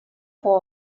può